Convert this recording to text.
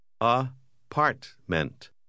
Apartment